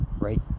right